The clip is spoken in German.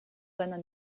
seiner